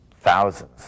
thousands